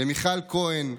למיכל כהן,